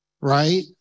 Right